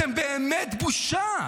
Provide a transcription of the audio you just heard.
אתם באמת בושה.